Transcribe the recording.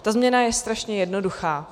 Ta změna je strašně jednoduchá.